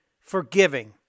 forgiving